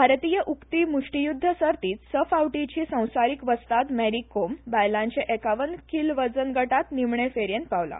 भारतीय उकते मुष्टीयुद्ध सर्तींत स फावटींची संवसारीक वस्ताद मेरी कॉम बायलांचे एकावन्न कील वजन गटांत निमाणें फेरयेंत पावल्या